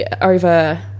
over